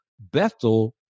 bethel